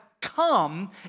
come